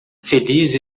feliz